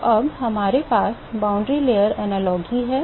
तो अब हमारे पास सीमा परत सादृश्य है